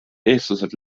eestlased